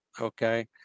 Okay